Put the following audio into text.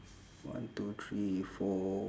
one two three four